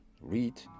read